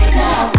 now